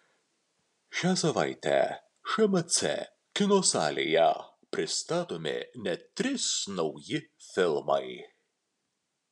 šią savaitę šmc kino salėje pristatomi net trys nauji filmai